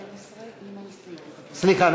סליחה,